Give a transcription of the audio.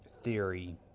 theory